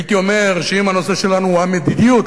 הייתי אומר שאם הנושא שלנו הוא המדיניות